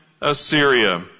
Assyria